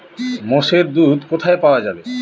মোষের দুধ কোথায় পাওয়া যাবে?